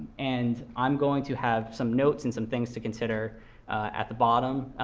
and i'm going to have some notes and some things to consider at the bottom,